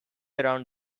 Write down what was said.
around